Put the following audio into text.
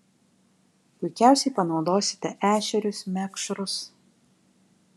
puikiausiai panaudosite ešerius mekšrus